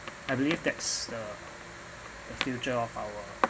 I believe that's the the future of our